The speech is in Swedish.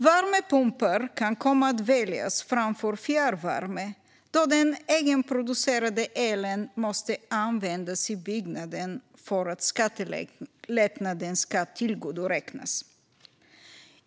Värmepumpar kan komma att väljas framför fjärrvärme, då den egenproducerade elen måste användas i byggnaden för att skattelättnaden ska få tillgodoräknas.